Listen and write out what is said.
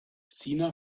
sina